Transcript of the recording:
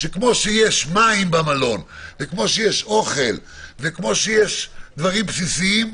שכפי שיש מים במלון ואוכל וכמו שיש דברים בסיסיים,